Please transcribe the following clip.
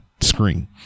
screen